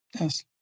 Yes